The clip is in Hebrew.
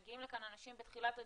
מגיעים לכאן אנשים בתחילת הדיון,